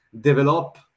develop